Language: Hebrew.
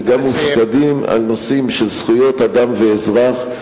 וגם מופקדים על נושאים של זכויות אדם ואזרח,